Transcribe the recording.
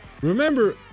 Remember